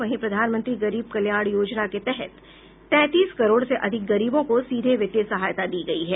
वहीं प्रधानमंत्री गरीब कल्याण योजना के तहत तैंतीस करोड़ से अधिक गरीबों को सीधे वित्तीय सहायता दी गई है